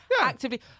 actively